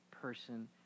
person